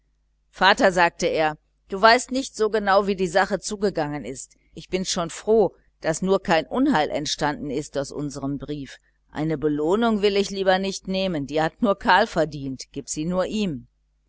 vater sagte er du weißt nicht so genau wie die sache zugegangen ist ich bin schon froh daß nur kein unheil entstanden ist aus unserm brief eine belohnung will ich lieber nicht nehmen die hat nur karl verdient gib sie nur ihm